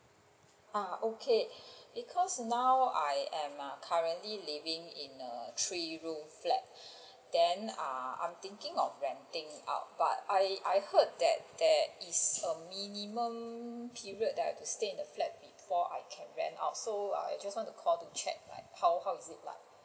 ah okay because now I am ah currently living in a three room flat then ah I am thinking of renting out but I I heard that that there is a minimum period that I have to stay in a flat before I can rent out so I just want to call to check like how how it is like